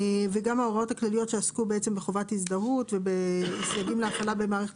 וגם ההוראות הכלליות שעסקו בחובת הזדהות ובסייגים להפעלה במערכת